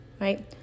right